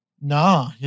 nah